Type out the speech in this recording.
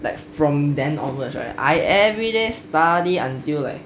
like from then onwards right I everyday study until like